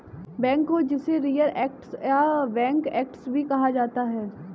backhoe जिसे rear actor या back actor भी कहा जाता है